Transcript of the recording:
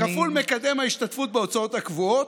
כפול מקדם ההשתתפות בהוצאות הקבועות.